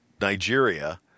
Nigeria